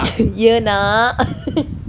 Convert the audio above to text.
ya nak